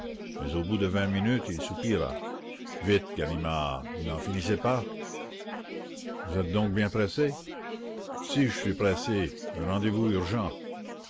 mais au bout de vingt minutes il soupira vite ganimard vous n'en finissez pas vous êtes donc bien pressé si je suis pressé un rendez-vous urgent